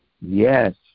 Yes